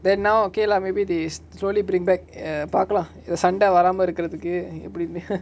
then now okay lah maybe they slowly bring back err பாக்களா எது சண்ட வராம இருக்குறதுக்கு எப்டினு:paakala ethu sanda varama irukurathuku epdinu